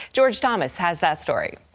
george thomas has that story.